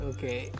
Okay